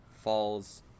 Falls